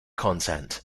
content